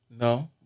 No